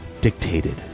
dictated